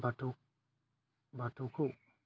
बाथौ बाथौखौ